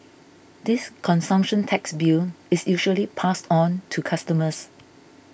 this consumption tax bill is usually passed on to customers